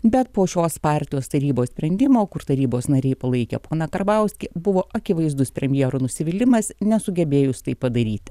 bet po šios partijos tarybos sprendimo kur tarybos nariai palaikė poną karbauskį buvo akivaizdus premjero nusivylimas nesugebėjus tai padaryti